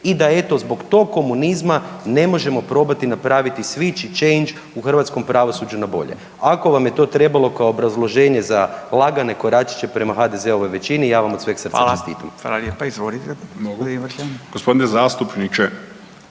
i da eto zbog tog komunizma ne možemo napraviti switch i change u hrvatskom pravosuđu na bolje. Ako vam je to trebalo kao obrazloženje za lagane koračiće prema HDZ-ovoj ja vam od sveg srca čestitam. **Radin, Furio (Nezavisni)**